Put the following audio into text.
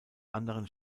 anderen